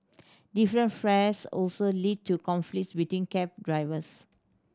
different fares also lead to conflict between cab drivers